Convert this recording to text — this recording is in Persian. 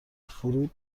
فروت